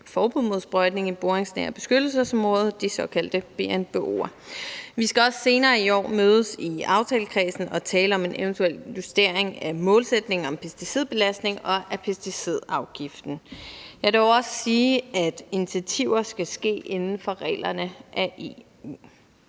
forbud mod sprøjtning i boringsnære beskyttelsesområder, de såkaldte BNBO'er. Vi skal også senere i år mødes i aftalekredsen og tale om en eventuel justering af målsætninger om pesticidbelastning og af pesticidafgiften. Jeg vil dog også sige, at initiativer skal ske inden for reglerne af EU.